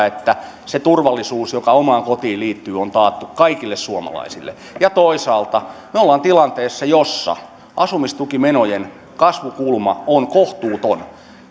että se turvallisuus joka omaan kotiin liittyy on taattu kaikille suomalaisille ja toisaalta me olemme tilanteessa jossa asumistukimenojen kasvukulma on kohtuuton